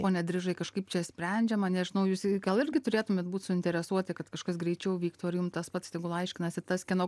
pone drižai kažkaip čia sprendžiama nežinau jūs gal irgi turėtumėt būt suinteresuoti kad kažkas greičiau vyktų ar jum tas pats tegul aiškinasi tas kieno